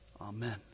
Amen